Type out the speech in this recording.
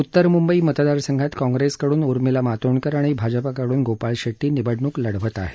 उत्तर म्ंबई मतदारसंघात काँग्रेसकडून उर्मिला मार्तोंडकर आणि भाजपाकडून गोपाळ शेट्टी निवडणूक लढवीत आहेत